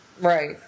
Right